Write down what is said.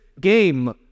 Game